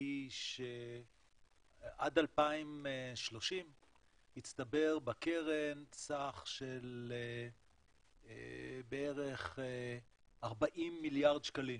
היא שעד 2030 יצטבר בקרן סך של בערך 40 מיליארד שקלים.